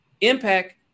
impact